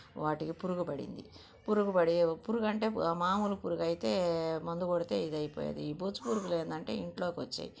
వాటికి పురుగు పడింది పురుగు పడి పురుగు అంటే మాములు పురుగైతే మందు కొడితే ఇది అయిపోయేది ఈ బొచ్చు పురుగులు ఏంటంటే ఇంట్లోకి వచ్చేవి